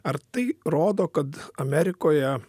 ar tai rodo kad amerikoje